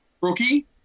rookie